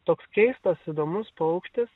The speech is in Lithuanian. toks keistas įdomus paukštis